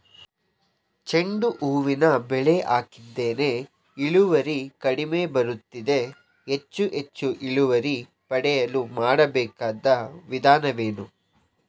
ಚೆಂಡು ಹೂವಿನ ಬೆಳೆ ಹಾಕಿದ್ದೇನೆ, ಇಳುವರಿ ಕಡಿಮೆ ಬರುತ್ತಿದೆ, ಹೆಚ್ಚು ಹೆಚ್ಚು ಇಳುವರಿ ಪಡೆಯಲು ಮಾಡಬೇಕಾದ ವಿಧಾನವೇನು?